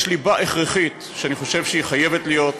יש ליבה הכרחית שאני חושב שהיא חייבת להיות,